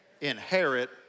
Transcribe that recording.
Inherit